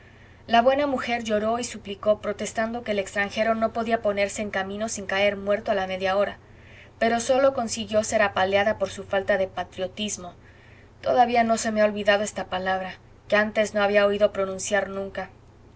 la buena mujer lloró y suplicó protestando que el extranjero no podía ponerse en camino sin caer muerto a la media hora pero sólo consiguió ser apaleada por su falta de patriotismo todavía no se me ha olvidado esta palabra que antes no había oído pronunciar nunca